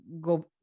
go